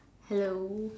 hello